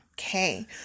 okay